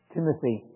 Timothy